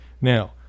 now